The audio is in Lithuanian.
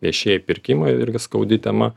viešieji pirkimai irgi skaudi tema